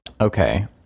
Okay